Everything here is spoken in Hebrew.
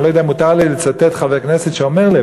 ואני לא יודע אם מותר לי לצטט חבר כנסת שאומר לי.